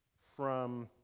from